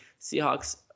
Seahawks